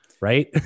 right